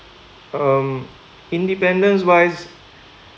um independence wise